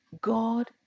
God